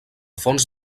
fons